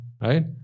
right